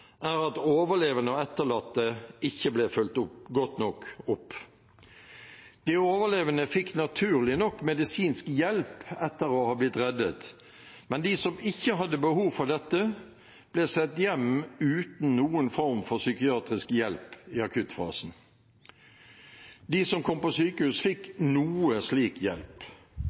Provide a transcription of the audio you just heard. er at overlevende og etterlatte ikke ble fulgt opp godt nok. De overlevende fikk naturlig nok medisinsk hjelp etter å ha blitt reddet, men de som ikke hadde behov for dette, ble sendt hjem uten noen form for psykiatrisk hjelp i akuttfasen. De som kom på sykehus, fikk noe slik hjelp.